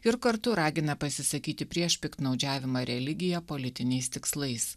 ir kartu ragina pasisakyti prieš piktnaudžiavimą religija politiniais tikslais